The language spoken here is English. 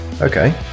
Okay